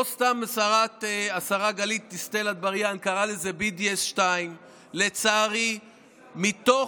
לא סתם השרה גלית דיסטל אטבריאן קראה לזה BDS 2. לצערי מתוכנו,